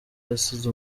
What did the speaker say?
yasize